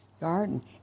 garden